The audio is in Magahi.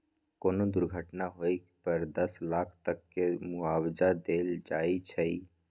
कोनो दुर्घटना होए पर दस लाख तक के मुआवजा देल जाई छई